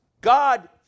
God